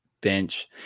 Bench